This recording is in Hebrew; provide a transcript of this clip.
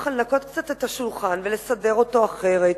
ככה לנקות קצת את השולחן ולסדר אותו אחרת